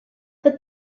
but